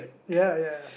ya ya